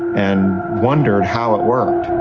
and wondered how it worked.